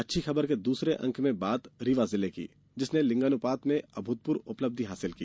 अच्छी खबर के दूसरे अंक में बात रीवा जिले की जिसने लिंगानुपात में अभूतपूर्व उपलब्धि हासिल की